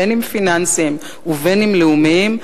בין אם פיננסיים ובין אם לאומיים,